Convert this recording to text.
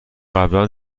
قبلا